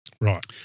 Right